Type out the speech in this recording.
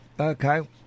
Okay